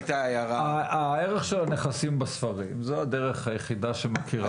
הערך של הנכסים בספרים זו הדרך היחידה שמכירה